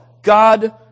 God